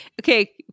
okay